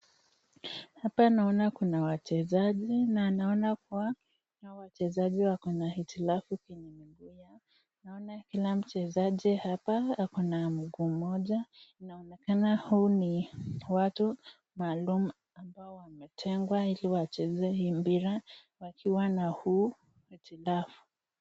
Hapa naona kuna wachezaji. Na naona kuwa kuna wachezaji wako na hitilafu kwenye miguu yao. Naona kila mchezaji hapa ako na mguu mmoja. Inaonekana huu ni watu maalum ambao wametengwa ili wacheze hii mpira, wakiwa na huu hitilafu.